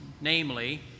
namely